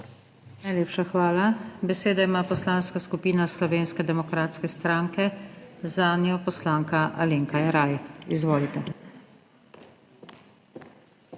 Najlepša hvala. Besedo ima Poslanska skupina Slovenske demokratske stranke, zanjo poslanka Alenka Jeraj. Izvolite.